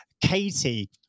Katie